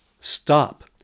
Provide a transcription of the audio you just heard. Stop